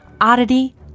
oddity